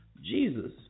Jesus